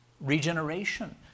regeneration